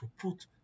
put